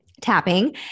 Tapping